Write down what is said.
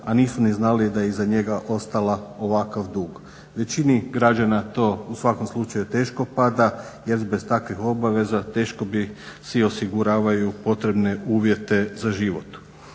a nisu ni znali da je iza njega ostao ovakav dug. Većini građana to u svakom slučaju teško pada, jer bez takvih obaveza teško bi, si osiguravaju potrebne uvjete za život.